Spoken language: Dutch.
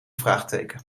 vraagteken